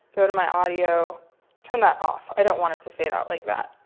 go to my audio turn that off. i don't want it to fade out like that.